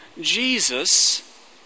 Jesus